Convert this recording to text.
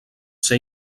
ser